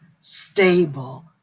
stable